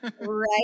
right